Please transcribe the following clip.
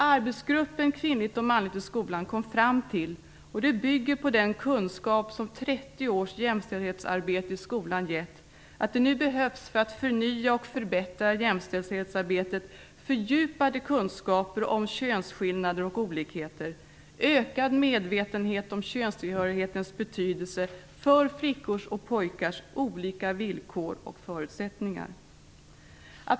Arbetsgruppen Kvinnligt och manligt i skolan kom fram till - och det bygger på den kunskap som 30 års jämställdhetsarbete i skolan givit - att det nu behövs för att förnya och förbättra jämställdhetsarbetet fördjupade kunskaper om könsskillnader och olikheter, ökad medvetenhet om könstillhörighetens betydelse för flickors och pojkars olika villkor och förutsättningar.